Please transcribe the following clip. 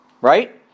right